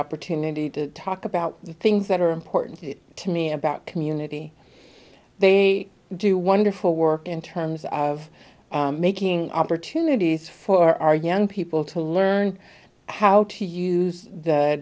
opportunity to talk about the things that are important to me about community they do wonderful work in terms of making opportunities for our young people to learn how to use the